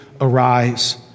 arise